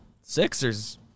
Sixers